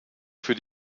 für